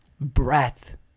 breath